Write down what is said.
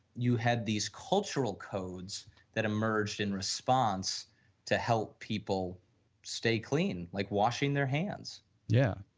you had these cultural codes that emerged and responds to help people stay clean, like washing their hands yeah.